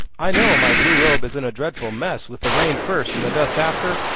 i know my blue robe is in a dreadful mess with the rain first and the dust after.